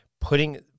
putting